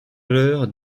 l’heure